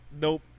Nope